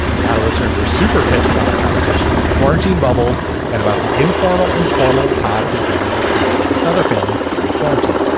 a lot of listeners were super pissed about our conversation about quarantine bubbles and about the informal informal pods that families are creating with other families during quarantine.